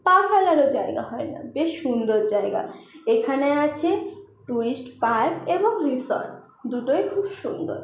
পা ফেলারও জায়গা হয় না বেশ সুন্দর জায়গা এখানে আছে টুরিস্ট পার্ক এবং রিসর্টস দুটোই খুব সুন্দর